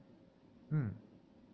mm